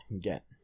get